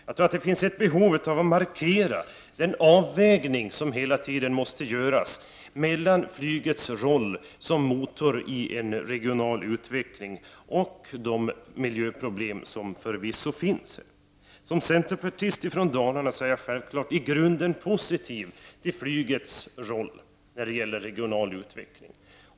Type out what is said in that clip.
Jag tror att det finns ett behov av att en markering görs när det gäller den avvägning som hela tiden måste göras mellan flygets roll som motor i en regional utveckling och de miljöproblem som flyget förvisso innebär. Som centerpartist från Dalarna är jag självfallet i grunden positiv till flygets roll när det gäller regional utveckling.